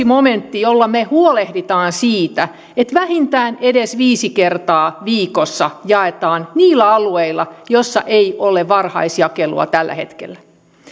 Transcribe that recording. momentin jolla me huolehdimme siitä että vähintään edes viisi kertaa viikossa jaetaan niillä alueilla joissa ei ole varhaisjakelua tällä hetkellä